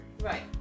Right